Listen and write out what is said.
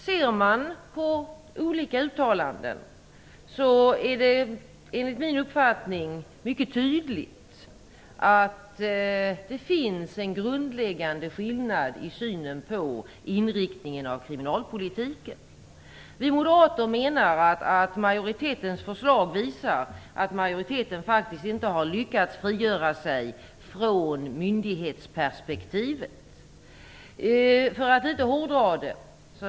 Ser man på olika uttalanden är det enligt min uppfattning mycket tydligt att det finns en grundläggande skillnad i synen på inriktningen av kriminalpolitiken. Vi moderater menar att majoritetens förslag visar att den inte har lyckats frigöra sig från myndighetsperspektivet.